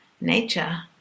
nature